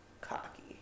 cocky